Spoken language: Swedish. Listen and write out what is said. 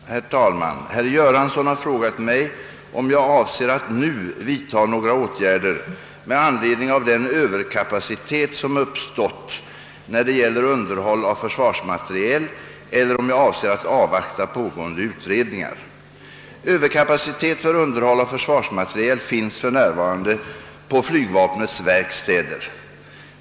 Herr talman! Herr Göransson har frågat mig, om jag avser att nu vidta några åtgärder med anledning av den överkapacitet som uppstått när det gäller underhåll av försvarsmateriel eller om jag avser att avvakta pågående utredningar. Överkapacitet för underhåll av försvarsmateriel finns f. n. på flygvapnets verkstäder.